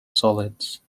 solids